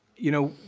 you know,